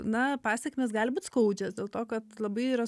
na pasekmės gali būt skaudžios dėl to kad labai yra